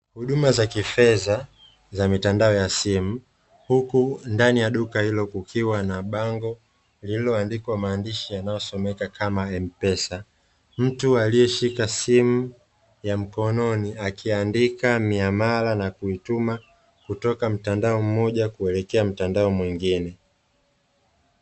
Huduma za kifedha za mitandao ya simu huku ndani ya duka hilo kukiwa na bango lililoandikwa maneno yanayosomeka kama empesa, mtu aliyeshika simu ya mkononi akiandika miamara na kuituma kutoka mtandao mmoja kuelekea mtandao mwingine.